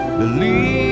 believe